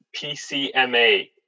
PCMA